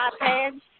iPads